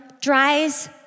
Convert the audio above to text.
dries